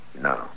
No